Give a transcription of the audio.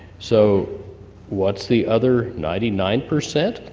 so what's the other ninety nine percent?